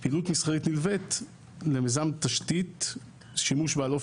פעילות מסחרית נלווית: למיזם תשתית שימוש בעל אופי